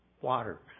water